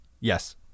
Yes